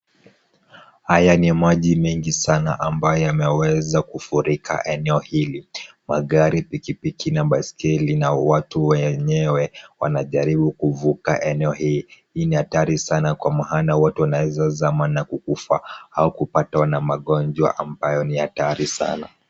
Haya ni maji mengi sana ambayo yameweza kufurika eneo hili, magari pikipiki na baiskeli na watu wenyewe wanajaribu kuvuka eneo hii, hii ni hatari sana kwa maana watu wanaweza zama na kukufa ama kupatwa na magonjwa ambayo ni hatari sana.